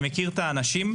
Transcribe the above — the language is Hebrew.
מכיר את האנשים,